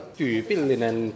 tyypillinen